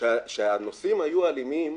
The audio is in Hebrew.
שהנוסעים היו אלימים,